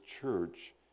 church